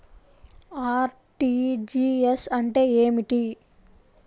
RTGS అంటే ఏమిటి?